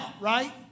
right